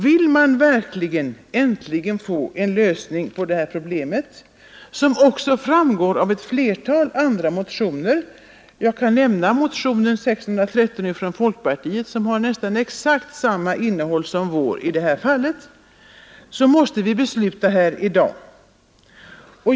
Vill man verkligen äntligen få en lösning av detta problem — som också framgår av ett flertal andra motioner; jag kan nämna motion 613 från folkpartiet som har nästan exakt samma innehåll som vår i detta fall — så måste vi besluta här i dag.